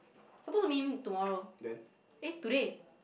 supposed to meet him tomorrow eh today